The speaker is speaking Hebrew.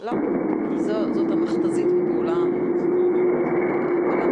טוב, נסתפק בזה.